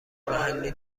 محلی